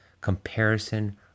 Comparison